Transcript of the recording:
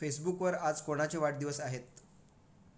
फेसबुकवर आज कोणाचे वाढदिवस आहेत